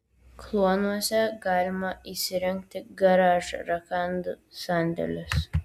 kluonuose galima įsirengti garažą rakandų sandėlius